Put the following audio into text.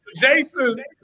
Jason